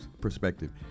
perspective